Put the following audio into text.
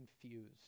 confused